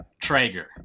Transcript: Traeger